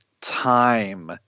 time